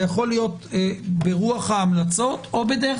זה יכול להיות ברוח ההמלצות או בדרך